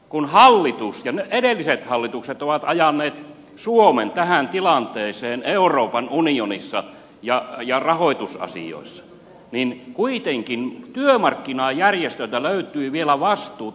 kun hallitus ja edelliset hallitukset ovat ajaneet suomen tähän tilanteeseen euroopan unionissa ja rahoitusasioissa niin kuitenkin työmarkkinajärjestöiltä löytyi vielä vastuuta